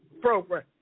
program